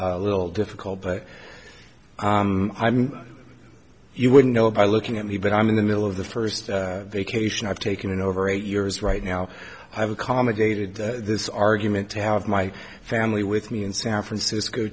a little difficult but i mean you wouldn't know by looking at me but i'm in the middle of the first vacation i've taken in over eight years right now i have accommodated this argument to have my family with me in san francisco